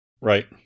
Right